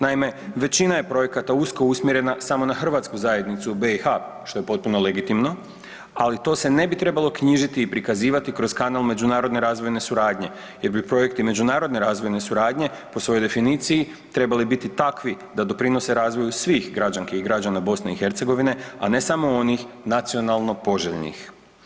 Naime, većina je projekata usko usmjerena samo na hrvatsku zajednicu u BiH što je potpuno legitimno, ali to se ne bi trebalo knjižiti i prikazivati kroz kanal međunarodne razvojne suradnje jer bi projekti međunarodne razvojne suradnje po svojoj definiciji trebali biti takvi da doprinose razvoju svih građanki i građana BiH, a ne samo onih nacionalno poželjnih.